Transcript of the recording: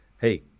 hey